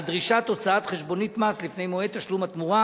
דרישת הוצאת חשבונית מס לפני מועד תשלום התמורה,